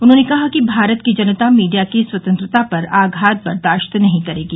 उन्होंने कहा कि भारत की जनता मीडिया की स्वतंत्रता पर आघात बर्दाश्त नहीं करेगी